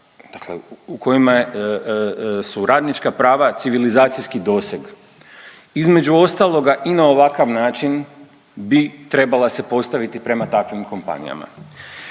u kojima su radnička prava civilizacijski doseg, između ostaloga i na ovakav način bi trebala se postaviti prema takvim kompanijama.